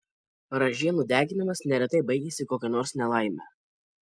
ražienų deginimas neretai baigiasi kokia nors nelaime